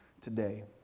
today